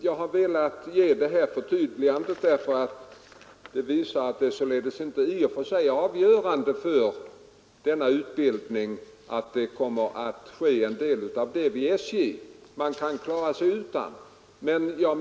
Jag har velat göra detta förtydligande för att visa att det inte är avgörande för denna utbildning att en del av den meddelas vid SJ. Man kan klara sig utan den delen.